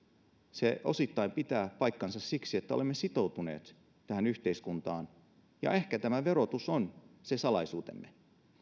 se pitää paikkansa osittain siksi että olemme sitoutuneet tähän yhteiskuntaan ja ehkä tämä verotus on se salaisuutemme